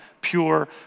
pure